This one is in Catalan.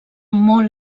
molt